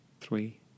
three